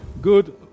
Good